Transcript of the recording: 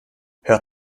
hör